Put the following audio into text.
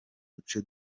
duce